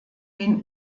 den